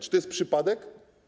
Czy to jest przypadek?